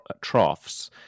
troughs